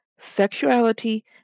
sexuality